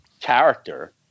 character